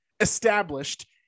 Established